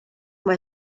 mae